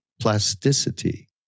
plasticity